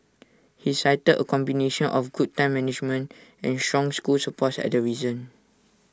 he cited A combination of good time management and strong school support as the reason